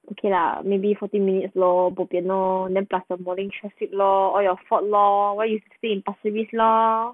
okay lah maybe forty minutes lor bopian lor then plus the morning traffic lor all your fault lor why you stay in pasir ris lor